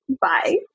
Bye